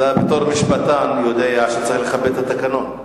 אתה בתור משפטן יודע שצריך לכבד את התקנון.